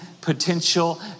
potential